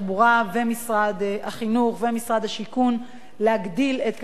משרד החינוך ומשרד השיכון להגדיל את מספר הסטודנטים,